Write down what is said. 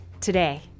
today